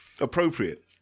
appropriate